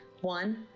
One